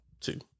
two